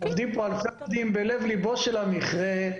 עובדים בלב ליבו של המכרה.